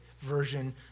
version